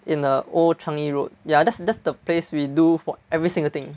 in the old Changi road ya that's that's the place we do for every single thing